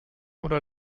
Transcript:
oder